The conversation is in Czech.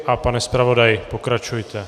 A pane zpravodaji, pokračujte.